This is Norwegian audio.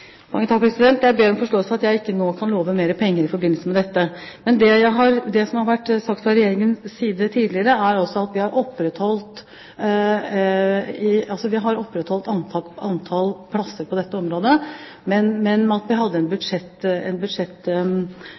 Jeg ber om forståelse for at jeg ikke nå kan love mer penger i forbindelse med dette. Det som har vært sagt fra Regjeringens side tidligere, er altså at vi har opprettholdt antall plasser på dette området, men at det ved en feil ikke ble oppført 320 mill. kr, på bakgrunn av at man ikke hadde